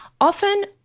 often